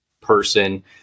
person